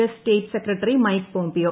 S state secretary Mike Pompeo